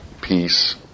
peace